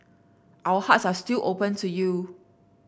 our hearts are still open to you